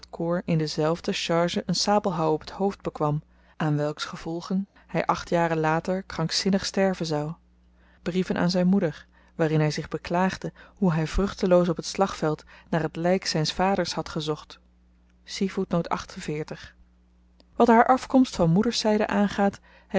in dezelfde charge een sabelhouw op t hoofd bekwam aan welks gevolgen hy acht jaren later krankzinnig sterven zou brieven aan zyn moeder waarin hy zich beklaagde hoe hy vruchteloos op het slagveld naar t lyk zyns vaders had gezocht wat haar afkomst van moederszyde aangaat